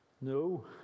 No